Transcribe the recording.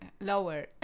lower